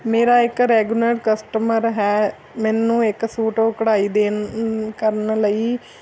ਮੇਰਾ ਇੱਕ regular customer ਹੈ ਮੈਨੂੰ ਇੱਕ ਸੂਟ ਉਹ ਕਢਾਈ ਦੇਣ ਕਰਨ ਲਈ